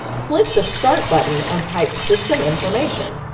click the start button and type system information.